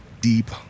deep